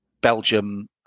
belgium